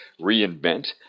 reinvent